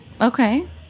Okay